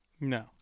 No